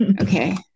Okay